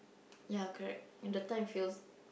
ya correct in the time feels